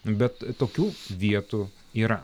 bet tokių vietų yra